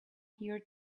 here